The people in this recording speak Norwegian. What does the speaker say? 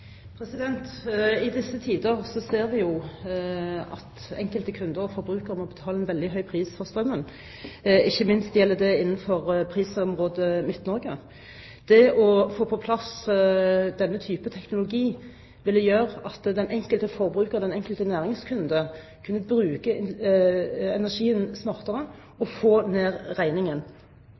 I disse tider ser vi at enkelte kunder, forbrukere, må betale en veldig høy pris for strømmen. Ikke minst gjelder det innenfor prisområdet Midt-Norge. Det å få på plass denne type teknologi ville gjøre at den enkelte forbruker, den enkelte næringskunde, kunne bruke energien smartere og få ned regningen.